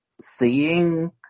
seeing